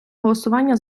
голосування